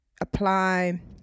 apply